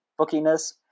bookiness